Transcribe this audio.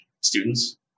students